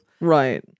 Right